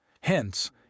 hence